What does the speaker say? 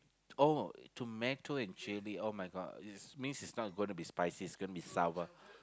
oh tomato and chilli [oh]-my-God is means is not gonna be spicy is gonna be sour